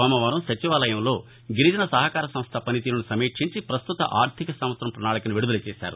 సోమవారం సచివాలయంలో గిరిజన సహకార సంస్ద పనితీరును సమీక్షించి పస్తుత ఆర్థిక సంవత్సరం ప్రణాళికను విడుదల చేశారు